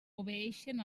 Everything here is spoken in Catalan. obeeixen